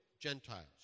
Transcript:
Gentiles